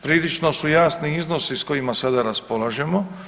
Prilično su jasni iznosi s kojima sada raspolažemo.